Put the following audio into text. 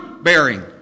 bearing